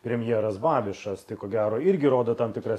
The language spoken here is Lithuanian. premjeras bavišas tai ko gero irgi rodo tam tikras